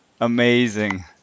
Amazing